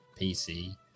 PC